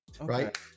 right